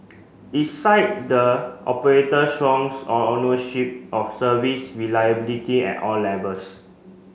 it size the operator strong ownership of service reliability at all levels